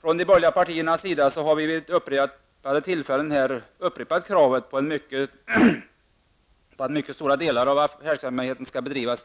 Från de borgerliga partiernas sida har vi vid upprepade tillfällen drivit kravet på att mycket stora delar av den affärsverksamhet som i dag bedrivs